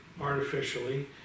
artificially